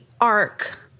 arc